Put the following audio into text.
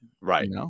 Right